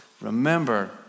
Remember